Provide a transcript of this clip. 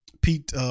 Pete